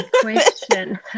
question